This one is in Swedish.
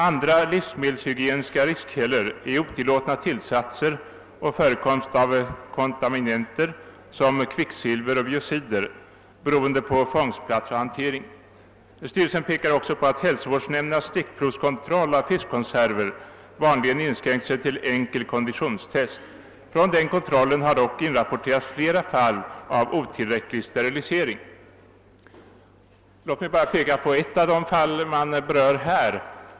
Andra livsmedelshygieniska riskkällor är otillåtna tillsatser och förekomst av kontaminanter som kvicksilver och biocider beroende på fångstplats och hantering. Styrelsen påpekar att hälsovårdsnämndernas stickprovskontroll av fiskkonserver vanligen inskränkt sig till enkel konditionstest. Från denna kontroll har dock inrapporterats flera fall av otillräcklig sterilisering. Låt mig bara peka på ett av de fall som här berörts.